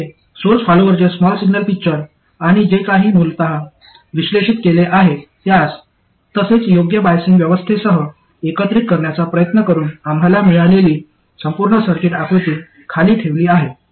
येथे सोर्स फॉलोअरचे small signal picture आणि जे आम्ही मूळत संश्लेषित केले आहे त्यास तसेच योग्य बायसिंग व्यवस्थेसह एकत्रित करण्याचा प्रयत्न करून आम्हाला मिळालेली संपूर्ण सर्किट आकृती खाली ठेवली आहे